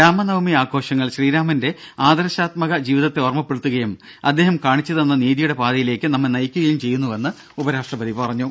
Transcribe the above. രാമനവമി ആഘോഷങ്ങൾ ശ്രീരാമന്റെ ആദർശാത്മക ജീവിതത്തെ ഓർമ്മപ്പെടുത്തുകയും അദ്ദേഹം കാണിച്ചു തന്ന നീതിയുടെ പാതയിലേക്ക് നമ്മെ നയിക്കുകയും ചെയ്യുന്നുവെന്ന് ഉപരാഷ്ട്രപതി പറഞ്ഞു